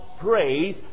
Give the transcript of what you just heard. praise